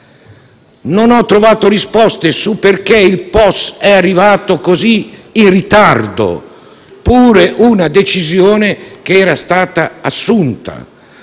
Non ho trovato risposte sul perché il POS sia arrivato così in ritardo, eppure era una decisione che era stata assunta.